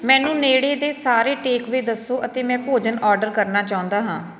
ਮੈਨੂੰ ਨੇੜੇ ਦੇ ਸਾਰੇ ਟੇਕਵੇਅ ਦੱਸੋ ਅਤੇ ਮੈਂ ਭੋਜਨ ਔਡਰ ਕਰਨਾ ਚਾਹੁੰਦਾ ਹਾਂ